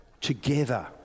Together